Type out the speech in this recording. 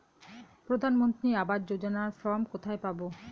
প্রধান মন্ত্রী আবাস যোজনার ফর্ম কোথায় পাব?